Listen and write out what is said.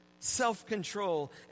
Self-control